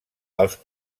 els